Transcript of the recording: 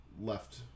left